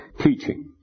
teaching